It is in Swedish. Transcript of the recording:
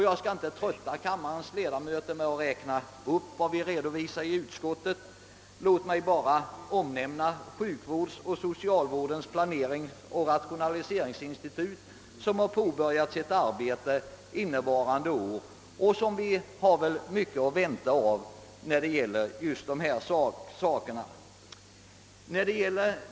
Jag skall inte trötta kammaren med en uppräkning av det vi redovisar, låt mig bara nämna Sjukvårdens och socialvårdens planeringsoch rationaliseringsinstitut, som påbörjat sitt arbete innevarande år och som vi väl kan vänta oss mycket av 1 fråga om just dessa problem.